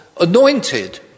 anointed